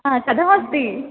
हा कथमस्ति